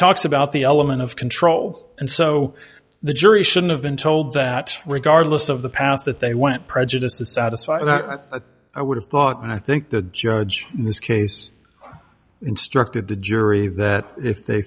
talks about the element of control and so the jury should have been told that regardless of the path that they went prejudiced to satisfy that i would have thought and i think the judge in this case instructed the jury that if they